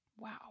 Wow